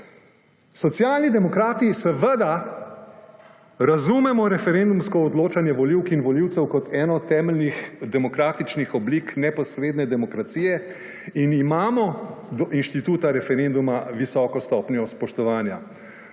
Socialni demokrati seveda razumemo referendumsko odločanje volivk in volivcev kot eno temeljnih demokratičnih oblik neposredne demokracije in imamo do inštituta referenduma visoko stopnjo spoštovanja.